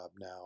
now